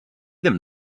them